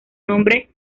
nombre